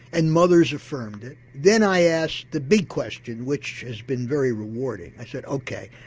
and mothers affirmed it, then i asked the big question which has been very rewarding. i said ok,